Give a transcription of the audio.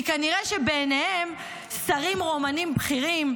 כי כנראה שבעיניהם שרים רומנים בכירים,